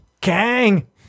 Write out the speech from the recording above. Kang